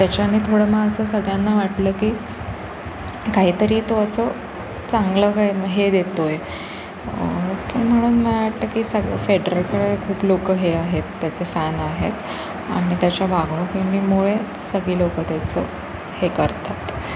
त्याच्याने थोडं मग असं सगळ्यांना वाटलं की काहीतरी तो असं चांगलं काही हे देतो आहे पण म्हणून मला वाटतं की सग फेडररकडे खूप लोकं हे आहेत त्याचे फॅन आहेत आणि त्याच्या वागणूक येणीमुळे सगळी लोकं त्याचं हे करतात